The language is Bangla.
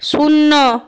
শূন্য